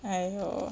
!aiyo!